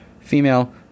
female